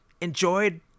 enjoyed